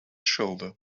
shoulder